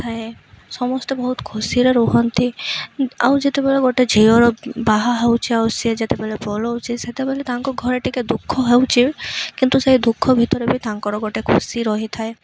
ଥାଏ ସମସ୍ତେ ବହୁତ ଖୁସିରେ ରୁହନ୍ତି ଆଉ ଯେତେବେଳେ ଗୋଟେ ଝିଅର ବାହା ହେଉଛି ଆଉ ସିଏ ଯେତେବେଳେ ପଳାଉଛି ସେତେବେଳେ ତାଙ୍କ ଘରେ ଟିକେ ଦୁଃଖ ହେଉଛି କିନ୍ତୁ ସେଇ ଦୁଃଖ ଭିତରେ ବି ତାଙ୍କର ଗୋଟେ ଖୁସି ରହିଥାଏ